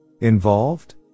Involved